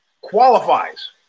qualifies